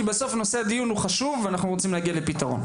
כי בסוף נושא הדיון הוא חשוב ואנחנו רוצים להגיע לפתרון.